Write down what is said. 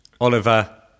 Oliver